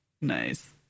Nice